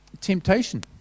Temptation